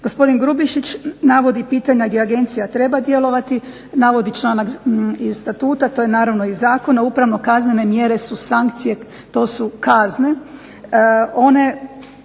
Gospodin Grubišić navodi pitanja gdje agencija treba djelovati, navodi članak iz Statuta. To je naravno iz zakona. Upravno-kaznene mjere su sankcije to su kazne.